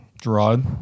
Gerard